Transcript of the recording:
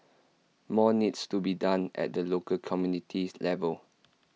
more needs to be done at the local community level